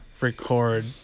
record